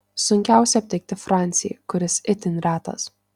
sunkiausia aptikti francį kuris itin retas